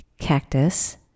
cactus